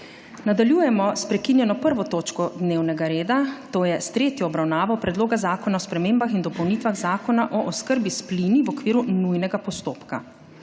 Nadaljujemo s prekinjeno 1. točko dnevnega reda, to je s tretjo obravnavo Predloga zakona o spremembah in dopolnitvah zakona o oskrbi s pliniv okviru nujnega postopka.